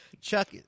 Chuck –